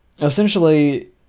essentially